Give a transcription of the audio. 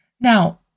Now